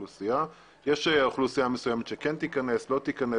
יש אוכלוסייה מסוימת שכן תיכנס או לא תיכנס.